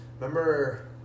Remember